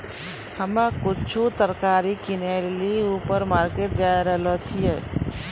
हम्मे कुछु तरकारी किनै ल ऊपर मार्केट जाय रहलो छियै